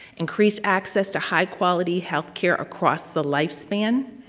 increased access to high-quality healthcare across the lifespan,